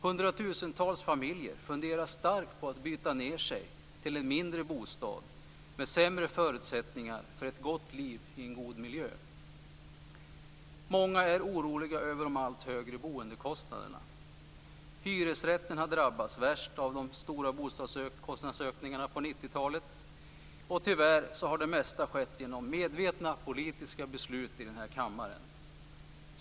Hundratusentals familjer funderar starkt på att byta ned sig till en mindre bostad med sämre förutsättningar för ett gott liv i en god miljö. Många är oroliga över de allt högre boendekostnaderna. Hyresrätten har drabbats värst av de stora bostadskostnadsökningarna på 90-talet. Tyvärr har det mesta skett genom medvetna politiska beslut här i kammaren.